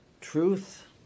truth